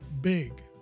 big